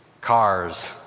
cars